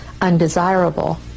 undesirable